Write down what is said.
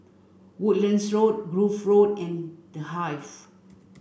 Woodlands Road Grove Road and The Hive